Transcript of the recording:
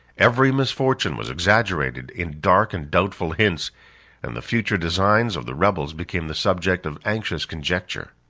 every misfortune was exaggerated in dark and doubtful hints and the future designs of the rebels became the subject of anxious conjecture.